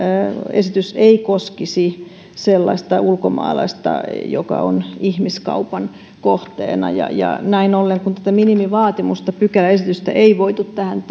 esitys ei koskisi sellaista ulkomaalaista joka on ihmiskaupan kohteena näin ollen kun tätä minimivaatimusta pykäläesitystä ei voitu tähän